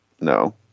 no